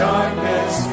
Darkness